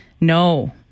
No